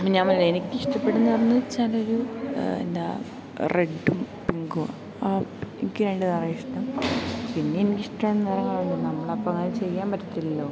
അപ്പം ഞാൻ പറഞ്ഞത് എനിക്കിഷ്ടപ്പെടുന്നതെന്ന് പറഞ്ഞു വെച്ചാലൊരു എന്താ റെഡ്ഡും പിങ്കുമാണ് എനിക്ക് രണ്ട് നിറമാണ് ഇഷ്ടം പിന്നെ എനിക്കിഷ്ടമാണ് നിറങ്ങളുണ്ട് നമ്മളപ്പം അങ്ങനെ ചെയ്യാൻ പറ്റത്തില്ലല്ലോ